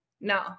No